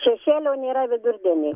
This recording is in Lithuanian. šešėlio nėra vidurdienį